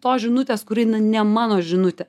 tos žinutės kuri ne mano žinutė